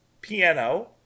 piano